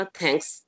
thanks